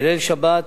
בליל שבת,